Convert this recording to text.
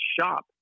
shop